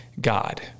God